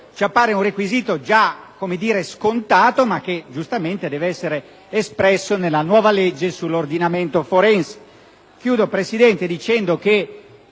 Ci appare un requisito scontato ma che giustamente deve essere espresso nella nuove legge sull'ordinamento forense. Chiudo dicendo che